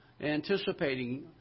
anticipating